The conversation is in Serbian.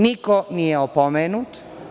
Niko nije opomenut.